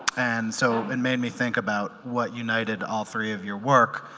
and so it made me think about what united all three of your work.